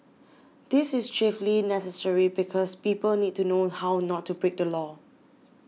this is chiefly necessary because people need to know how not to break the law